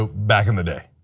ah back in the day.